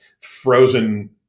frozen